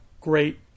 great